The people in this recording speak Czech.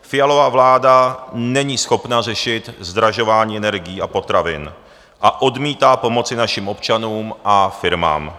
Fialova vláda není schopna řešit zdražování energií a potravin a odmítá pomoci našim občanům a firmám.